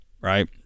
right